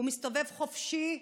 הוא מסתובב חופשי,